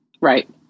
Right